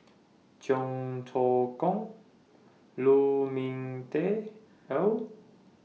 Cheong Choong Kong Lu Ming Teh Earl